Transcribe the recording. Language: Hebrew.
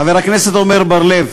חבר הכנסת עמר בר-לב,